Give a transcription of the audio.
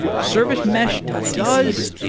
service mesh does,